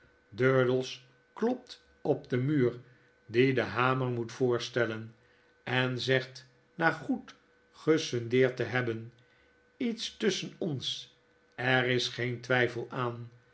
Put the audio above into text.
klopt op den muur dien de hamer moet voorstellen en zegt na goed gesundeerd te hebben iets tusschen ons er is geen twijfei aan